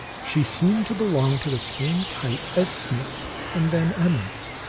she seemed to belong to the same type as smith's and van emmon's